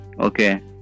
Okay